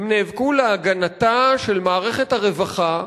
הן נאבקו להגנתה של מערכת הרווחה,